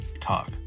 talk